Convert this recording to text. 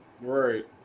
Right